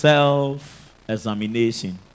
Self-examination